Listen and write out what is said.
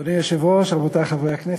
אדוני היושב-ראש, רבותי חברי הכנסת,